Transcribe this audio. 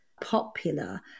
popular